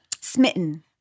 smitten